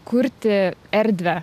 kurti erdvę